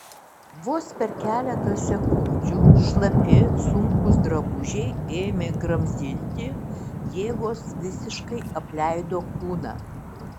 vos per keletą sekundžių šlapi sunkūs drabužiai ėmė gramzdinti jėgos visiškai apleido kūną